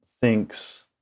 thinks